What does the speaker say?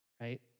right